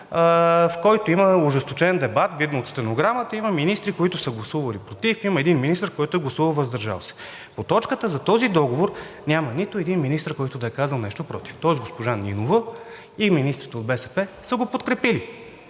в който има ожесточен дебат. Видно от стенограмата, има министри, които са гласували против, има един министър, който е гласувал въздържал се. По точката за този договор няма нито един министър, който да е казал нещо против, тоест госпожа Нинова и министрите от БСП са го подкрепили.